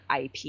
IP